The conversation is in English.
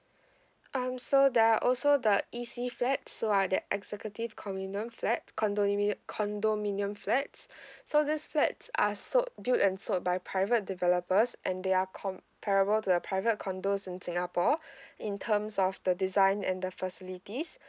um so there are also the E_C flat so are the executive condominium flat condominium condominium flats so these flats are sold build and sold by private developers and they are comparable to the private condos in singapore in terms of the design and the facilities